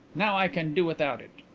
now i can do without it.